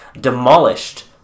demolished